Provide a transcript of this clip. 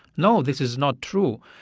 no, this is not true.